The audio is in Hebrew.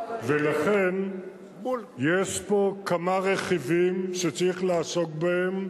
ולכן יש פה כמה רכיבים שצריך לעסוק בהם.